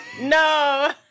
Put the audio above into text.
No